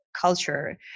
culture